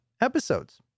episodes